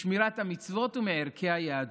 משמירת המצוות ומערכי היהדות.